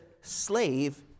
slave